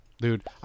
Dude